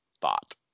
thought